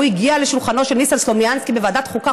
והוא הגיע לשולחנו של ניסן סלומינסקי בוועדת חוקה,